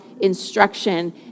instruction